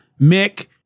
Mick